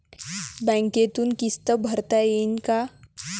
बँकेतून किस्त भरता येईन का?